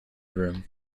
room